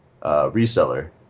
reseller